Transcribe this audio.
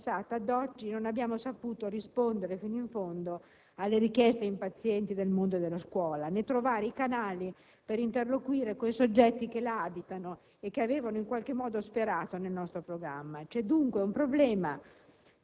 Penso sia più importante mettere in luce, soprattutto in settori come quelli dell'università, della ricerca e della scuola, anche lo sforzo e il processo che essi vanno attraversando. In questa sede bisogna fare un atto di verità.